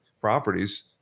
properties